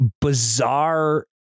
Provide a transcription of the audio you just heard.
bizarre